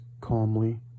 calmly